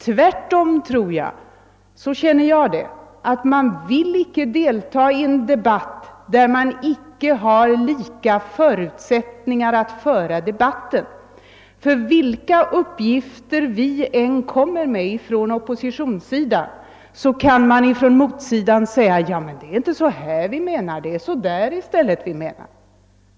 Tvärtom tror jag — så känner jag det — att man inte vill delta i en debatt, där alla inte har samma förutsättningar att föra debatten. Ty vilka uppgifter vi än kommer med från oppositionssidan, kan man ifrån motsidan säga att det inte är så här vi menar utan det är så där i stället.